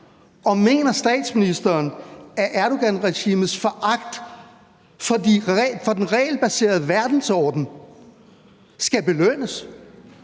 og mener statsministeren, at Erdoganregimets foragt for den regelbaserede verdensorden skal belønnes?